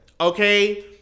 Okay